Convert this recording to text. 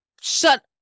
shut